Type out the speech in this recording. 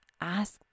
ask